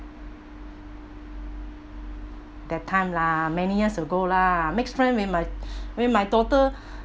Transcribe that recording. that time lah many years ago lah makes friend with my with my daughter